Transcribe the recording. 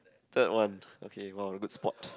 third one okay !wow! good spot